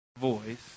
voice